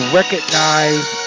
recognize